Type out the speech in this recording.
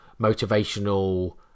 motivational